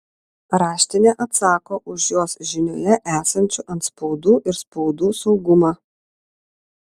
raštinė atsako už jos žinioje esančių antspaudų ir spaudų saugumą